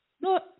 No